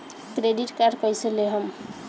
Credit card कईसे लेहम?